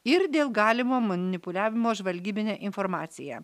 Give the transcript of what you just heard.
ir dėl galimo manipuliavimo žvalgybine informacija